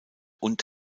und